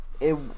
it-